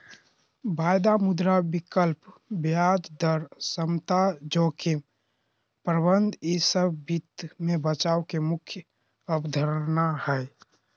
वायदा, मुद्रा विकल्प, ब्याज दर समता, जोखिम प्रबंधन ई सब वित्त मे बचाव के मुख्य अवधारणा हय